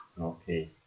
Okay